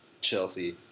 Chelsea